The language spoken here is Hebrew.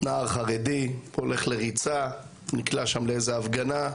נער חרדי, הולך לריצה, נקלע שם לאיזה הפגנה,